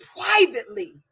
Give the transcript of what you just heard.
privately